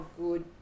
good